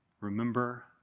remember